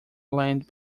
land